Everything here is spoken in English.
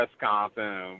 Wisconsin